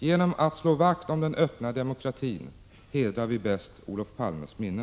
Genom att slå vakt om den öppna demokratin hedrar vi bäst Olof Palmes minne.